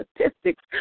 statistics